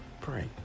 pray